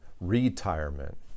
retirement